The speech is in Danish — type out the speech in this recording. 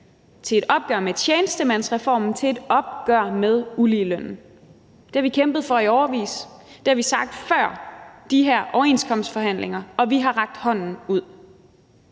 til et opgør med tjenestemandsreformen, til et opgør med uligelønnen. Det har vi kæmpet for i årevis, det har vi sagt før de her overenskomstforhandlinger, og vi har rakt hånden ud.